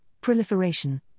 proliferation